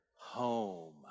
home